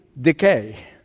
decay